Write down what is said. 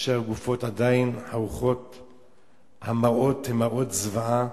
כאשר הגופות עדיין חרוכות, המראות הם מראות זוועה.